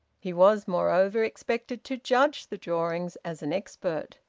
he was moreover expected to judge the drawings as an expert.